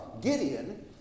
Gideon